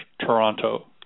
Toronto